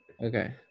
okay